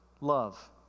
love